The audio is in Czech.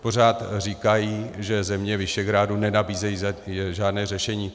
Pořád říkají, že země Visegrádu nenabízejí žádné řešení.